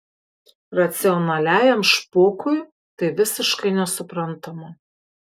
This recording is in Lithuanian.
racionaliajam špokui tai visiškai nesuprantama